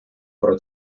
про